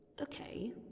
Okay